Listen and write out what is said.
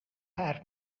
حرف